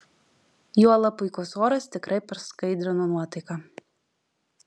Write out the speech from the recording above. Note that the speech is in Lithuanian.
juolab puikus oras tikrai praskaidrino nuotaiką